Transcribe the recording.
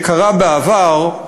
שקרה בעבר,